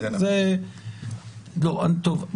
טוב,